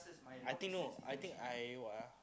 I think no I think I what ah